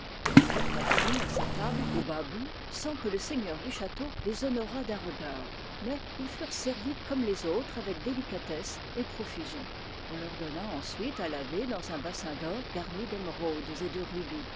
ils furent admis à sa table au bas bout sans que le seigneur du château les honorât d'un regard mais ils furent servis comme les autres avec délicatesse et profusion on leur donna ensuite à laver dans un bassin d'or garni d'émeraudes et de rubis